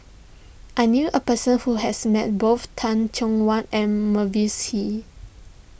I knew a person who has met both Teh Cheang Wan and Mavis Hee